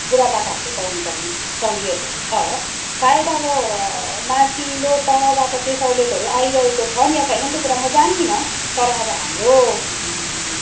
बुढापाकाहरूले पाउनुपर्ने सहुलियतहरू छ सायद अब माथिल्लो तहबाट त्यो सहुलियतहरू आइरहेको छन् या छैनन् त्यो कुरा म जान्दिनँ तर अब हाम्रो